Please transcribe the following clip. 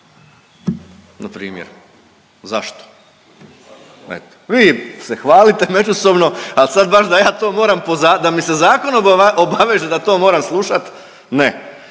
Na primjer. Zašto? Eto, vi se hvalite međusobno, ali sad baš da ja to moram da mi se zakon obaveže da to moram slušati ne.